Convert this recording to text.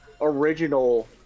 original